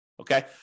Okay